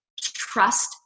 trust